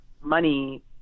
money